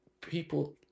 people